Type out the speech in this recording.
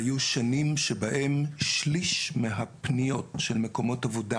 היו שנים בהן שליש מהפניות של מקומות עבודה